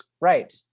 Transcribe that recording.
right